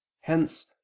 Hence